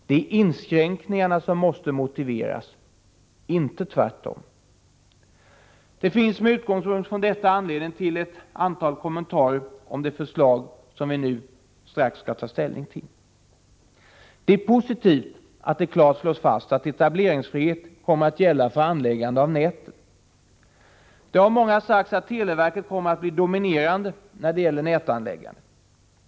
Det är inskränkningarna som måste motiveras — inte tvärtom. Det finns med utgångspunkt från detta anledning att göra ett antal kommentarer om det förslag som vi nu strax skall ta ställning till. Det är positivt att det klart slås fast att etableringsfrihet kommer att gälla för anläggande av näten. Det har av många sagts att televerket kommer att bli dominerande när det gäller nätanläggande.